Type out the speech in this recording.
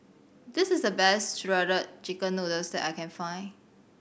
this is the best Shredded Chicken Noodles that I can find